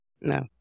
No